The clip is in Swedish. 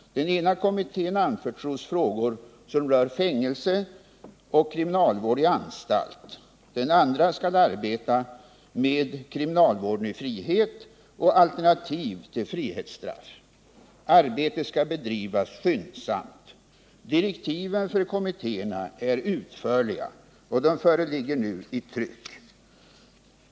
Den ena kommittén anförtros frågor som rör fängelse och kriminalvård i anstalt. Den andra skall arbeta med kriminalvård i frihet och alternativ till frihetsstraff. Arbetet skall bedrivas skyndsamt. Direktiven för kommittéerna är utförliga, och de föreligger nu i tryck.